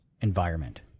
environment